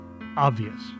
obvious